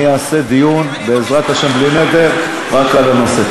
אני אעשה דיון, בעזרת השם, בלי נדר, רק על הנושא.